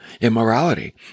immorality